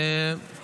איך